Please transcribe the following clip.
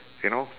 you know